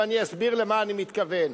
ואני אסביר למה אני מתכוון.